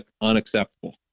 unacceptable